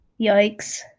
Yikes